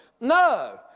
No